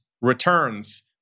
returns